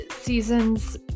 seasons